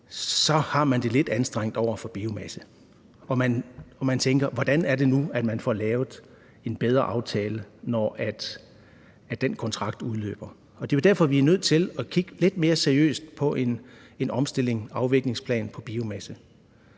har man det lidt anstrengt over for biomasse, og man tænker: Hvordan er det nu, man får lavet en bedre aftale, når den kontrakt udløber? Det er jo derfor, vi er nødt til at kigge lidt mere seriøst på en omstilling – en afviklingsplan i forhold